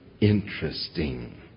interesting